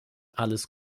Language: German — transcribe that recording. alles